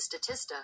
Statista